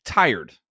tired